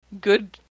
good